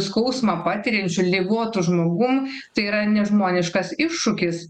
skausmą patiriančiu ligotu žmogum tai yra nežmoniškas iššūkis